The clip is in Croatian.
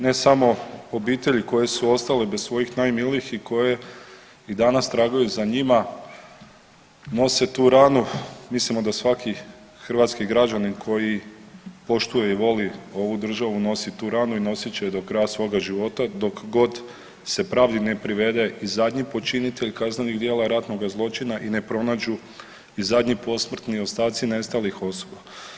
Ne samo obitelji koje su ostale bez svojih najmilijih i koje i danas tragaju za njima, nose tu ranu, mislimo da svaki hrvatski građanin koji poštuje i voli ovu državu nosi tu ranu i nosit će je do kraja svoga života dok god se pravdi ne privede i zadnji počinitelj kaznenih djela ratnog zločina i ne pronađu i zadnji posmrtni ostaci nestalih osoba.